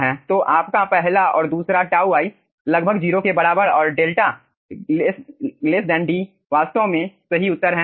तो आपका पहला और दूसरा τ i लगभग 0 के बराबर और 𝛿 D वास्तव में सही उत्तर है